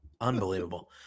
unbelievable